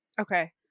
Okay